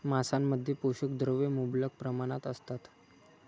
मांसामध्ये पोषक द्रव्ये मुबलक प्रमाणात असतात